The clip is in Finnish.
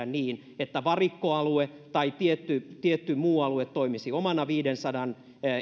niin että varikkoalue tai tietty tietty muu alue toimisi omana viidensadan